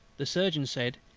the surgeon said,